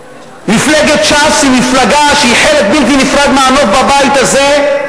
מפלגת ש"ס היא מפלגה שהיא חלק בלתי נפרד מהנוף בבית הזה.